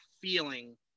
feeling